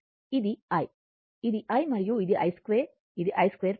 ఇది i ఇది i మరియు ఇది i2 ఇది i2 ప్లాటు